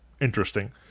interesting